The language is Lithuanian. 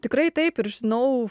tikrai taip ir žinau